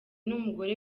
n’umugore